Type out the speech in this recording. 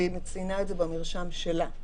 והיא ציינה את זה במרשם שלה,